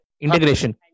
Integration